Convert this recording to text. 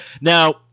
now